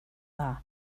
dda